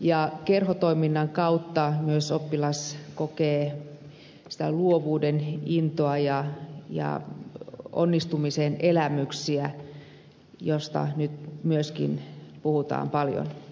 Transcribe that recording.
ja kerhotoiminnan kautta myös oppilas kokee sitä luovuuden intoa ja onnistumisen elämyksiä joista nyt myöskin puhutaan paljon